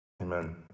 amen